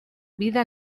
vida